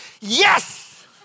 Yes